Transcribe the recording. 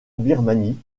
birmanie